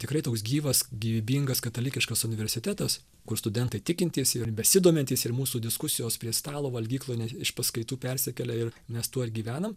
tikrai toks gyvas gyvybingas katalikiškas universitetas kur studentai tikintys ir besidomintys ir mūsų diskusijos prie stalo valgyklų net iš paskaitų persikėlė ir mes tuo ir gyvenam